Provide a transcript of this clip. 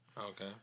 Okay